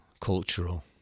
cultural